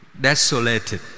desolated